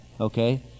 Okay